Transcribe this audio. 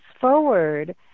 forward